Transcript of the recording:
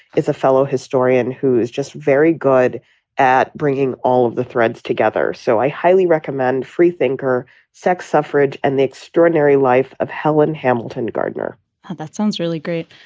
is a fellow historian who is just very good at bringing all of the threads together. so i highly recommend freethinker sex suffrage and the extraordinary life of helen hamiilton gardner that sounds really great.